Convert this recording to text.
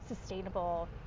sustainable